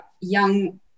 young